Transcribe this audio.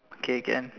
okay can